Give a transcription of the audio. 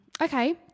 Okay